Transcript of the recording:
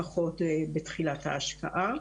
לפחות בתחילת ההשקעה.